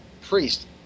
priest